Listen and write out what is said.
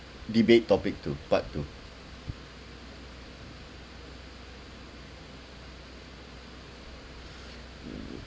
debate topic two part two